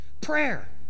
Prayer